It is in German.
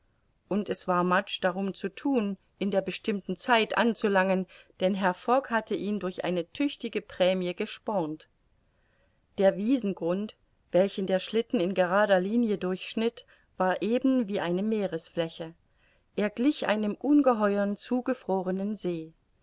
und es war mudge darum zu thun in der bestimmten zeit anzulangen denn herr fogg hatte ihn durch eine tüchtige prämie gespornt der wiesengrund welchen der schlitten in gerader linie durchschnitt war eben wie eine meeresfläche er glich einem ungeheuern zugefrorenen see